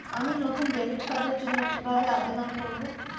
আমি নতুন ডেবিট কার্ডের জন্য কিভাবে আবেদন করব?